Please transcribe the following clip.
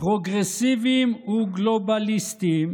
פרוגרסיביים וגלובליסטים